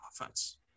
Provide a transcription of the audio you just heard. offense